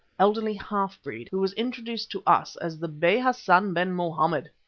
elderly half-breed who was introduced to us as the bey hassan-ben-mohammed.